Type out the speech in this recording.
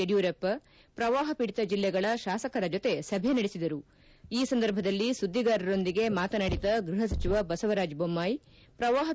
ಯಡಿಯೂರಪ್ಪ ಪ್ರವಾಪ ಪೀಡಿತ ಜಿಲ್ಲೆಗಳ ಶಾಸಕರ ಜೊತೆ ಸಭೆ ಈ ಸಂದರ್ಭದಲ್ಲಿ ಸುದ್ದಿಗಾರರೊಂದಿಗೆ ಮಾತನಾಡಿದ ಗೃಹ ಸಚಿವ ಬಸವರಾಜ್ ಬೊಮ್ನಾಯಿ ಪ್ರವಾಹ ನಡೆಸಿದರು